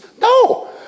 No